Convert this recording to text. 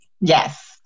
Yes